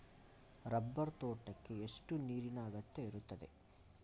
Rubber ತೋಟಕ್ಕೆ ಎಷ್ಟು ನೀರಿನ ಅಗತ್ಯ ಇರುತ್ತದೆ?